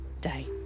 day